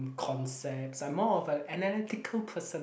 concepts I'm more of a analytical person